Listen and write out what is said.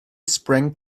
sprang